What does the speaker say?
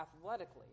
athletically